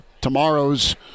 tomorrow's